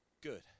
good